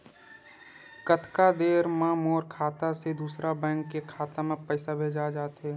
कतका देर मा मोर खाता से दूसरा बैंक के खाता मा पईसा भेजा जाथे?